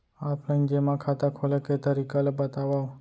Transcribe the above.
Offline जेमा खाता खोले के तरीका ल बतावव?